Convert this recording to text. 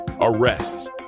arrests